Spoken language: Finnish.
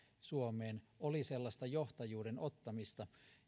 suomeen oli sellaista johtajuuden ottamista